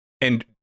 And-